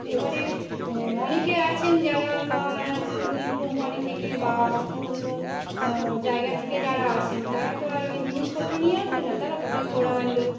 এবারে অনেকে আছেন যারা ওই কোম্পানি থেকে বা অন্য জায়গা থেকে যারা আসেন তারা তো আর ওই জিনিসপত্র নিয়ে আসবে না তারা ফুলের তোড়া আনলো